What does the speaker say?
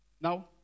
now